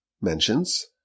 mentions